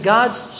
God's